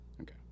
Okay